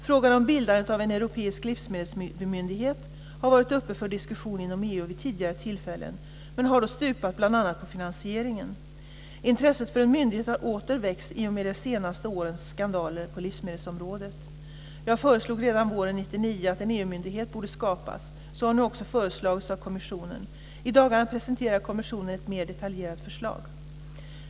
Frågan om bildandet av en europeisk livsmedelsmyndighet har varit uppe för diskussion inom EU vid tidigare tillfällen, men det har då stupat bl.a. på finansieringen. Intresset för en myndighet har åter väckts i och med de senaste årens skandaler på livsmedelsområdet. Jag föreslog redan våren 1999 att en EU-myndighet borde skapas. Så har nu också föreslagits av kommissionen. I dagarna presenterar kommissionen ett mer detaljerat förslag.